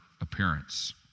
appearance